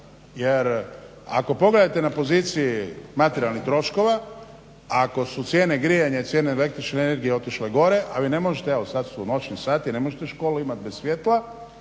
jer ako pogledate na poziciji materijalnih troškova, ako su cijene grijanja i cijene električne energije gore, a vi sad, sad su noćni sati, vi ne možete školu imat bez svijetla.